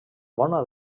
bona